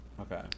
Okay